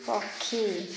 ପକ୍ଷୀ